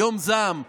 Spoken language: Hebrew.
"יום זעם".